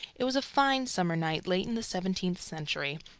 it was a fine summer night late in the seventeenth century.